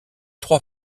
trois